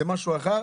זה משהו אחד,